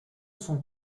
sont